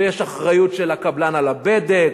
ויש אחריות של הקבלן על הבדק,